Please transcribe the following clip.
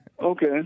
Okay